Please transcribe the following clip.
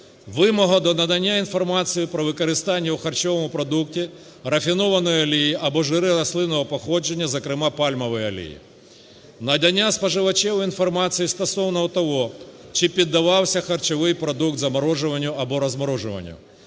Вимога до надання інформації про використання у харчовому продукті рафінованої олії або жирів рослинного походження, зокрема пальмової олії. Надання споживачеві інформації стосовно того, чи піддавався харчовий продукт заморожуванню або розморожуванню.